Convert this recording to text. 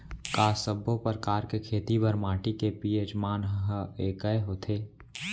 का सब्बो प्रकार के खेती बर माटी के पी.एच मान ह एकै होथे?